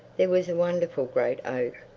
there was a wonderful great oak,